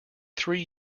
three